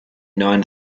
nine